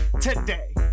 today